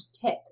tip